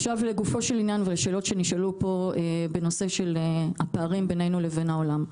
לגופו של ענין ולשאלות שנשאלו פה בנושא של הפערים בינינו לבין העולם.